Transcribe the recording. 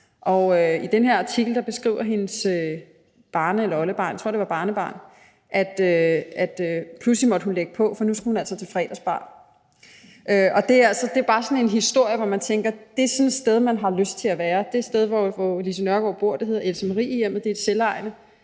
Og i den her artikel beskriver hendes barnebarn eller oldebarn, jeg tror, det var hendes barnebarn, at pludselig måtte hun lægge på, for nu skulle hun altså til fredagsbar. Det er bare sådan en historie, hvor man tænker, at det er sådan et sted, man har lyst til at være. Det sted, hvor Lise Nørgaard bor, hedder Plejehjemmet Else Marie, og det er et selvejende